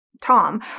Tom